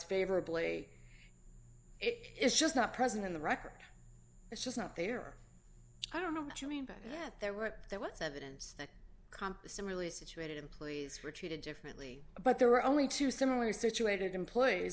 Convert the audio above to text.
favorably it is just not present in the record it's just not there i don't know what you mean but yet there were there was evidence that comp the similarly situated employees were treated differently but there were only two similarly situated employees